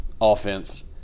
offense